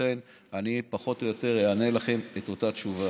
לכן אני פחות או יותר אענה לכם את אותה תשובה.